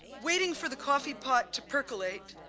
waiting for the coffee pot to percolate,